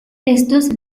estos